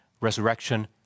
resurrection